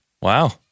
Wow